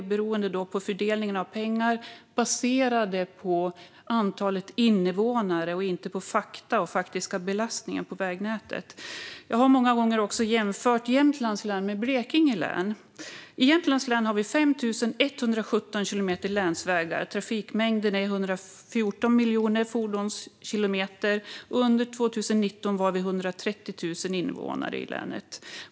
Fördelningen av pengar baseras på antalet invånare och inte på fakta och faktisk belastning på vägnätet. Jag har många gånger jämfört Jämtlands län med Blekinge län. I Jämtlands län har vi 5 117 kilometer länsvägar. Trafikmängden är 114 miljoner fordonskilometer. År 2019 var vi 130 000 invånare i länet.